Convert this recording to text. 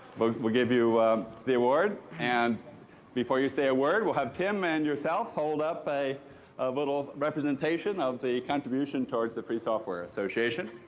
but we'll give you the award, and before you say a word, we'll have a tim and yourself hold up a a little representation of the contribution towards the free software association.